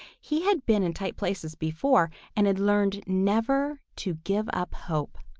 he had been in tight places before and had learned never to give up hope.